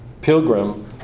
pilgrim